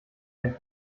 der